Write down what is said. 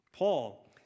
Paul